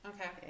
Okay